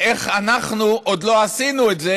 איך אנחנו עוד לא עשינו את זה,